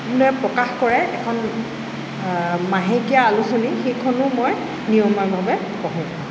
প্ৰকাশ কৰাই এখন মাহেকীয়া আলোচনী সেইখনো মই নিয়মীয়াভাৱে পঢ়োঁ